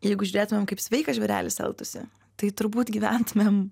jeigu žiūrėtumėm kaip sveikas žvėrelis elgtųsi tai turbūt gyventumėm